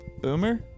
Boomer